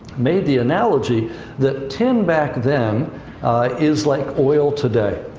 made the analogy that tin back then is like oil today.